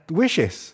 wishes